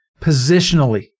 positionally